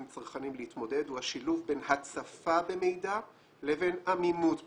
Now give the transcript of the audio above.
צרכנים להתמודד הוא השילוב בין הצפה במידע לבין עמימות במידע: